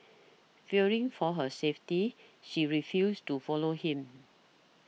fearing for her safety she refused to follow him